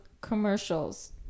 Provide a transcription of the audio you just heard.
commercials